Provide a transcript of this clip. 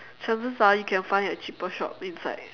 chances are you can find a cheaper shop inside